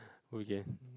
okay